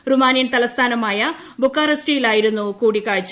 Romanian തലസ്ഥാനമായ ബുക്കാറസ്റ്റിലായിരുന്നു കൂടിക്കാഴ്ച